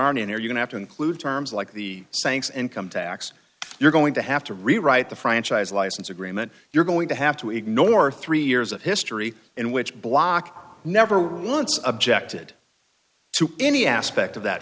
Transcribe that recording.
aren't in there you have to include terms like the sanction income tax you're going to have to rewrite the franchise license agreement you're going to have to ignore three years of history in which bloch never once objected to any aspect of that